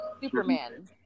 Superman